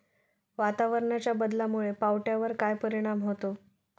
वातावरणाच्या बदलामुळे पावट्यावर काय परिणाम होतो?